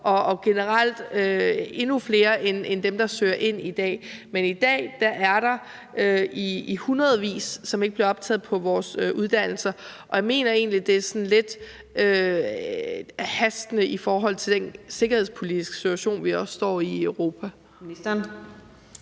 og endnu flere end dem, der søger ind i dag. Men i dag er der i hundredvis, som ikke bliver optaget på vores uddannelser, og jeg mener egentlig, at det haster lidt i forhold til den sikkerhedspolitiske situation, vi også står i i Europa.